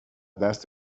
دست